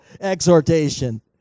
exhortation